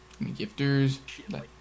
gifters